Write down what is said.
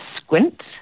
squint